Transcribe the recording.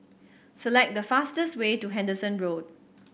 select the fastest way to Henderson Road